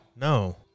No